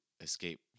escape